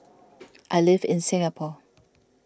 I live in Singapore